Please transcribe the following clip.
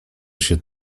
się